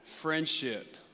friendship